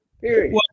Period